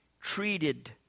treated